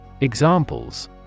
Examples